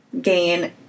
gain